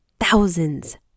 thousands